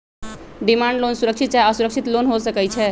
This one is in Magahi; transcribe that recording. डिमांड लोन सुरक्षित चाहे असुरक्षित लोन हो सकइ छै